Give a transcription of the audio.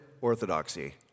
orthodoxy